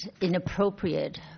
inappropriate